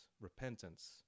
Repentance